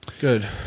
good